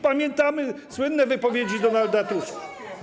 Pamiętamy słynne wypowiedzi Donalda Tuska.